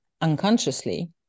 unconsciously